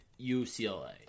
UCLA